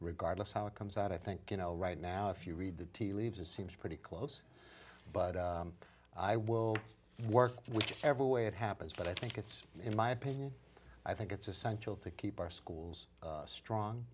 regardless how it comes out i think you know right now if you read the tea leaves it seems pretty close but i will work every way it happens but i think it's in my opinion i think it's essential to keep our schools strong